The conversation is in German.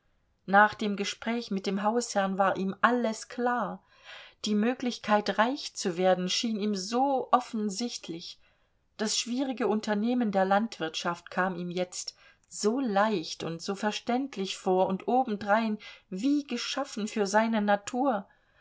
nach dem gespräch mit dem hausherrn war ihm alles klar die möglichkeit reich zu werden schien ihm so offensichtlich das schwierige unternehmen der landwirtschaft kam ihm jetzt so leicht und so verständlich vor und obendrein wie geschaffen für seine natur